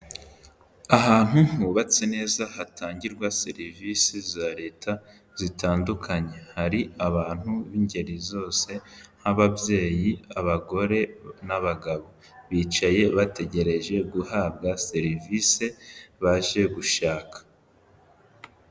Ahantu hubatse neza hatangirwa serivisi za leta zitandukanye, hari abantu b'ingeri zose nk'ababyeyi, abagore n'abagabo, bicaye bategereje guhabwa serivisi baje gushaka.